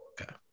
Okay